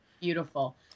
Beautiful